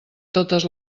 totes